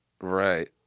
Right